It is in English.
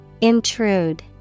Intrude